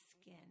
skin